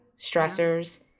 stressors